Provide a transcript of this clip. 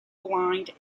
blind